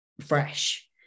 fresh